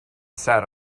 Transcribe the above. sat